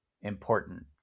important